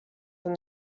from